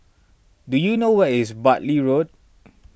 do you know where is Bartley Road